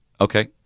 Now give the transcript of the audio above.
Okay